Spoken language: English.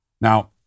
Now